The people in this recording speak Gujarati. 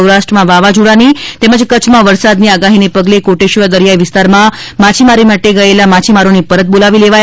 સૌરાષ્ટ્રમાં વાવાઝોડાની તેમજ કચ્છમાં વરસાદની આગાહીને પગલે કોટેશ્વર દરિયાઈ વિસ્તારમાં માછીમારી માટે ગયેલા માછીમારોને પરત પોલાવી લેવાયા છે